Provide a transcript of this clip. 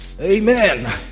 Amen